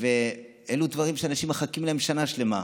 אלו דברים שאנשים מחכים להם שנה שלמה.